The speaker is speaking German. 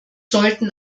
sollten